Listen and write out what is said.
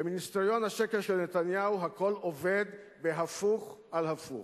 במיניסטריון השקר של נתניהו הכול עובד בהפוך על הפוך: